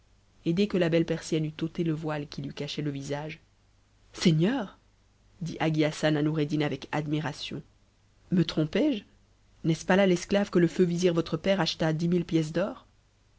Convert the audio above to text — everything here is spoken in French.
et dès que la belle persienne eut ôté le voile qui lui cachait le visage seigneur dit hagi hassan à noureddin avec admiration me trompe je n'est-ce pas là l'esclave que le feu vizir votre père acheta dix mille pièces d'or